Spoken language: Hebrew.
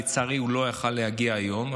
לצערי הוא לא יכול היה להגיע היום,